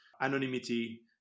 anonymity